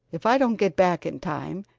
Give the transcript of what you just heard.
if i don't get back in time,